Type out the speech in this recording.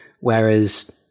Whereas